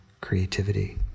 creativity